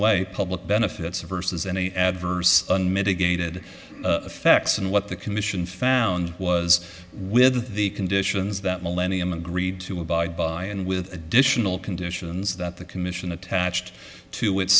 weigh public benefits versus any adverse unmitigated effects and what the commission found was with the conditions that millennium agreed to abide by and with additional conditions that the commission attached to it